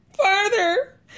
farther